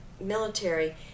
military